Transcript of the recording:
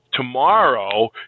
Tomorrow